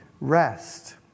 rest